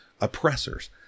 oppressors